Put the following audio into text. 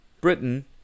Britain